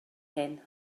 hyn